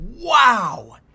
wow